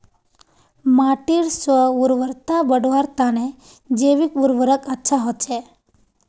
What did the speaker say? माटीर स्व उर्वरता बढ़वार तने जैविक उर्वरक अच्छा होचे